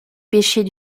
péchés